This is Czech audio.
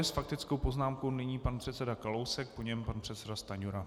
S faktickou poznámkou nyní pan předseda Kalousek, po něm pan předseda Stanjura.